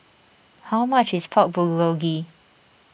how much is Pork Bulgogi